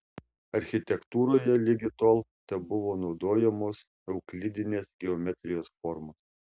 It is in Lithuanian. architektūroje ligi tol tebuvo naudojamos euklidinės geometrijos formos